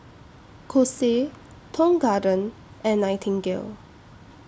Kose Tong Garden and Nightingale